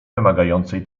wymagającej